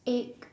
egg